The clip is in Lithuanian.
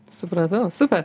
supratau super